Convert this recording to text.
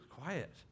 quiet